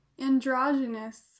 androgynous